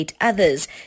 others